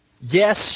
yes